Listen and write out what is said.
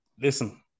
listen